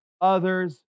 Others